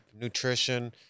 nutrition